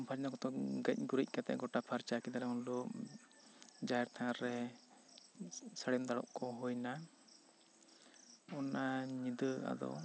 ᱯᱷᱟᱨᱱᱚ ᱠᱟᱛᱮᱢ ᱜᱮᱡ ᱜᱩᱨᱤᱡᱽ ᱠᱟᱛᱮ ᱜᱚᱴᱟ ᱯᱷᱟᱨᱪᱟ ᱠᱮᱫᱟᱞᱮ ᱩᱱ ᱦᱤᱞᱚᱜ ᱡᱟᱦᱮᱨ ᱛᱷᱟᱱ ᱨᱮ ᱥᱟᱹᱲᱤᱢ ᱫᱟᱞᱚᱵ ᱠᱚ ᱦᱩᱭ ᱮᱱᱟ ᱚᱱᱟ ᱧᱤᱫᱟᱹ ᱟᱫᱚ